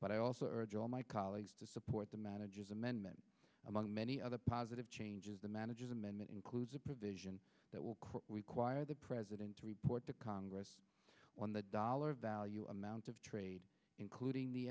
but i also urge all my colleagues to support the manager's amendment among many other positive changes the manager's amendment includes a provision that will require the president to report to congress on the dollar value amounts of trade including the